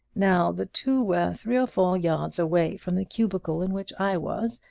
now the two were three or four yards away from the cubicle in which i was,